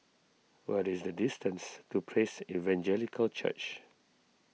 what is the distance to Praise Evangelical Church